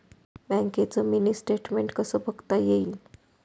बँकेचं mini statement कसं बघता येईल?